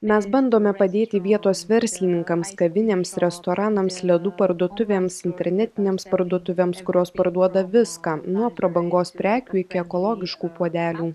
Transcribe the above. mes bandome padėti vietos verslininkams kavinėms restoranams ledų parduotuvėms internetinėms parduotuvėms kurios parduoda viską nuo prabangos prekių iki ekologiškų puodelių